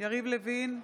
יריב לוין,